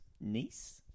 niece